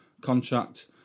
contract